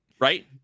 Right